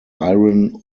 iron